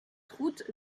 route